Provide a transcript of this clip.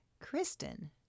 Kristen